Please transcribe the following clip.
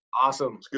Awesome